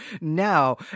now